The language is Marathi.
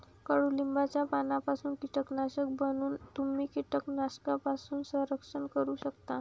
कडुलिंबाच्या पानांपासून कीटकनाशक बनवून तुम्ही कीटकांपासून संरक्षण करू शकता